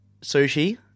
sushi